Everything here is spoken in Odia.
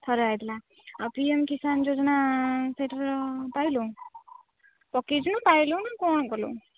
ଥରେ ଆସିଥିଲା ଆଉ ପି ଏମ କିସାନ ଯୋଜନା ସେଠାରେ ପାଇଲୁ ପକେଇଛୁ ନା ପାଇଲୁଣୁ ନା କ'ଣ କଲଉଁ